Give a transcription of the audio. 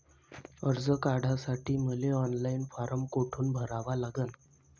कर्ज काढासाठी मले ऑनलाईन फारम कोठून भरावा लागन?